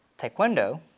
Taekwondo